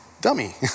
Dummy